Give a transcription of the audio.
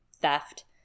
Theft